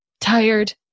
tired